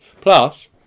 plus